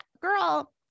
girl